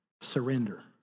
surrender